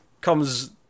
comes